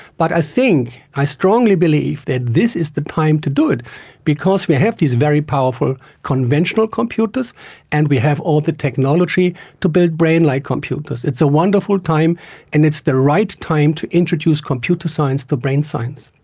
but i think, i strongly believe that this is the time to do it because we have these very powerful conventional computers and we have all the technology to build brain-like computers. it's a wonderful time and it's the right time to introduce computer science to brain science.